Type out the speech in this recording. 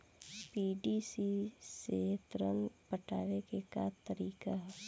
PDC से ऋण पटावे के का तरीका ह?